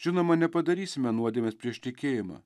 žinoma nepadarysime nuodėmės prieš tikėjimą